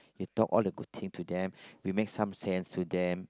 you talk all the good thing to them we make some sense to them